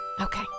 Okay